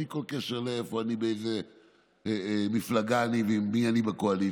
בלי כל קשר באיזו מפלגה אני ועם מי אני בקואליציה.